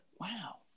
Wow